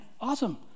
awesome